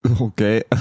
okay